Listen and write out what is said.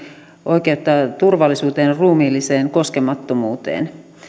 oikeutta turvallisuuteen ja ruumiilliseen koskemattomuuteen